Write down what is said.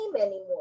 anymore